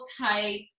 type